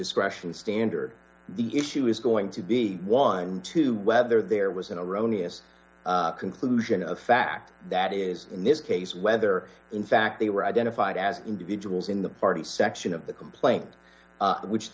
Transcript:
discretion standard the issue is going to be one to whether there was an erroneous conclusion of fact that is in this case whether in fact they were identified as individuals in the party section of the complaint which